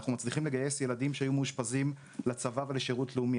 אנחנו מצליחים לגייס ילדים שהיו מאושפזים לצבא ולשירות לאומי.